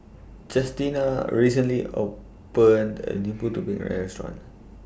Justina recently opened A New Putu Piring Restaurant